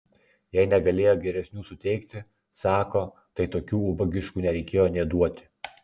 jei negalėjo geresnių suteikti sako tai tokių ubagiškų nereikėjo nė duoti